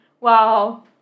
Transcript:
Wow